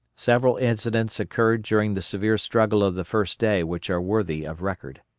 several incidents occurred during the severe struggle of the first day which are worthy of record.